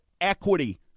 equity